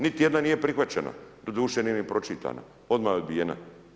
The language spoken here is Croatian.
Niti jedna nije prihvaćena, doduše nije ni pročitana, odmah je odbijena.